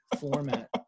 format